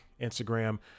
instagram